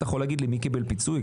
אתה יכול להגיד לי מי קיבל פיצוי?